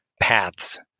paths